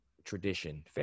tradition